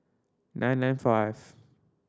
nine nine five